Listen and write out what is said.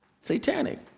Satanic